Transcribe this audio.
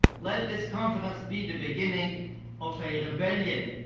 let this conference be the beginning of a rebellion,